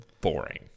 boring